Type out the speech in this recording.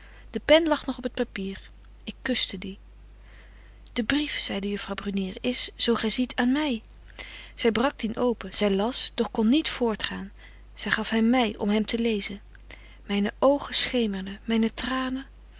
de pen lag nog op t papier ik kuschte die de brief zeide juffrouw brunier is zo gy ziet aan my zy brak dien open zy las doch kon niet voortgaan zy gaf hem my om hem te lezen myne oogen schemerden myne tranen